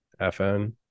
FN